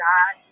God